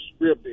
scripted